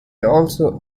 also